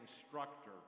instructor